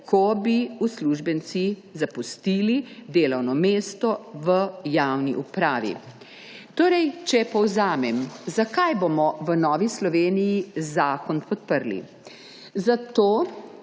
ko bi uslužbenci zapustili delovno mesto v javni upravi. Če povzamem, zakaj bomo v Novi Sloveniji zakon podprli. Zato